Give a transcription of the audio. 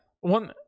One